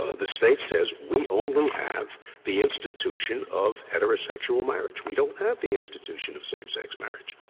ah the state says we only have the institution of heterosexual marriage. we don't have the institution of same-sex marriage.